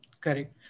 Correct